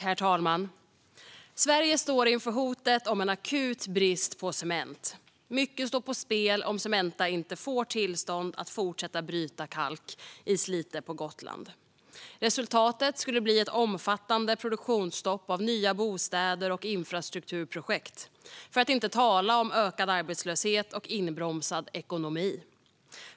Herr talman! Sverige står inför hotet om en akut brist på cement. Mycket står på spel om Cementa inte får tillstånd att fortsätta bryta kalk i Slite på Gotland. Resultatet skulle bli ett omfattande produktionsstopp för nya bostäder och infrastrukturprojekt, för att inte tala om ökad arbetslöshet och inbromsad ekonomi.